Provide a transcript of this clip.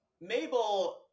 Mabel